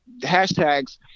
hashtags